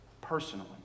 personally